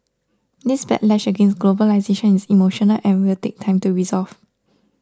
this backlash against globalisation is emotional and will take time to resolve